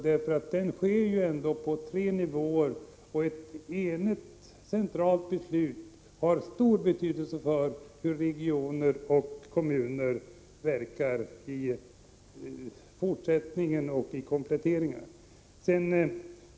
Den sker på tre nivåer, och ett enigt centralt beslut har stor betydelse för hur regioner och kommuner verkar i fortsättningen och när det gäller kompletteringar.